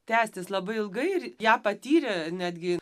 tęstis labai ilgai ir ją patyrę netgi